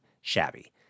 shabby